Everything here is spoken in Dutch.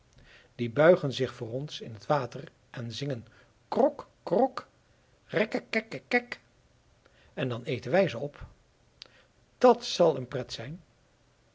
die buigen zich voor ons in het water en zingen krok krok rekkekekkek en dan eten wij ze op dat zal een pret zijn